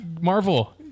Marvel